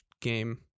game